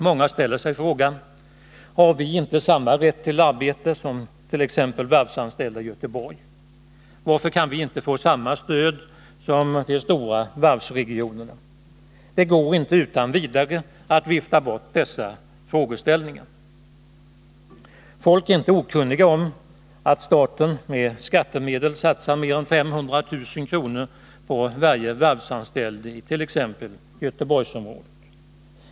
Många ställer sig frågan: Har vi inte samma rätt till arbete som t.ex. de varvsanställda i Göteborg? Varför kan vi inte få samma stöd som de stora varvsregionerna? Det går inte att utan vidare vifta bort dessa frågeställningar. Folk är inte okunniga om att staten med skattemedel satsat mer än 500 000 kr. på varje varvsanställd it.ex. Göteborgsregionen.